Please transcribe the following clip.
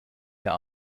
der